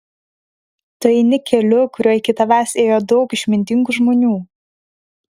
tu eini keliu kuriuo iki tavęs ėjo daug išmintingų žmonių